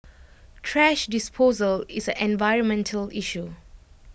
thrash disposal is an environmental issue